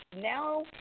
Now